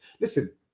Listen